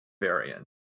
variant